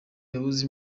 yabuze